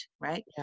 Right